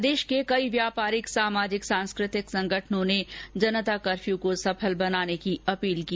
प्रदेश के कई व्यापारिक सामाजिक सांस्कृतिक संगठनों ने जनता कफर्यू को सफल बनाने की अपील की